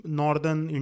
northern